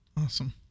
Awesome